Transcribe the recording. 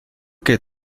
que